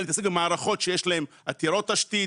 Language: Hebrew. מתעסקת במערכות שיש להן עתירות תשתית,